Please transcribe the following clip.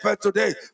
today